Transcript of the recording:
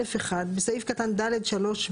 (א1) בסעיף קטן (ד)(3((ב),